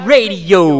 Radio